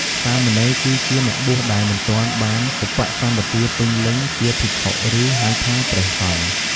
សាមណេរ គឺជាអ្នកបួសដែលមិនទាន់បានឧបសម្បទាពេញលេញជាភិក្ខុ ឬហៅថា ព្រះសង្ឃ។